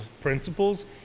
principles